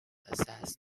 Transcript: access